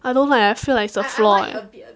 I don't like eh I feel like it's a flaw eh